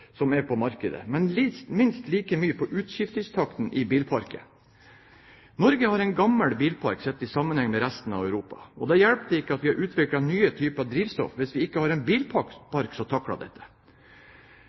som er på markedet, men minst like mye på utskiftingstakten i bilparken. Norge har en gammel bilpark sett i sammenheng med resten av Europa. Det hjelper ikke at vi har utviklet nye typer drivstoff hvis vi ikke har en